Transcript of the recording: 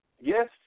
Yes